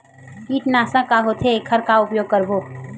कीटनाशक का होथे एखर का उपयोग करबो?